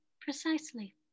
Precisely